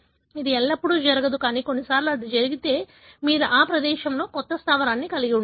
ఇది ఎల్లప్పుడూ జరగదు కానీ కొన్నిసార్లు అది జరిగితే మీరు ఆ ప్రదేశంలో కొత్త స్థావరాన్ని కలిగి ఉంటారు